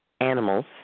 animals